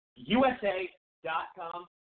USA.com